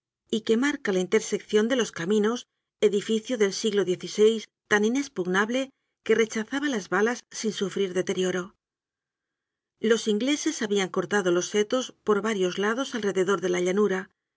y que marca la interseccion de los caminos edificio del siglo xvi tan inespugnable que rechazaba las balas sin sufrir deterioro los ingleses habian cortado los setos por varios lados alrededor de la llanura